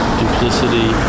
duplicity